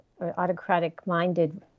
autocratic-minded